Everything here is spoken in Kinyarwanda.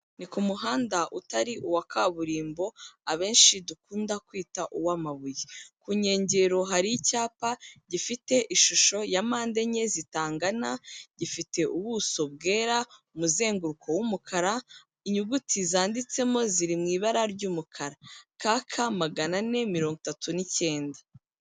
Ni ku muhanda utari uwa kaburimbo abenshi dukunda kwita uw'amabuye. Ku nkengero hari icyapa gifite ishusho ya mpande enye zitangana, gifite ubuso bwera, umuzenguruko w'umukara, inyuguti zanditsemo ziri mu ibara ry'umukara, kk magana ane mirongo itatu n'icyenda.